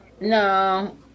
no